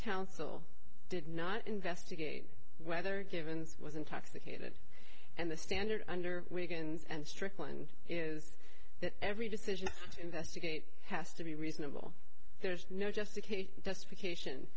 council did not investigate whether givens was intoxicated and the standard under wigan's and strickland is that every decision to investigate has to be reasonable there's no justification justification